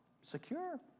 secure